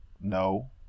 No